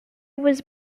was